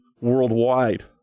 worldwide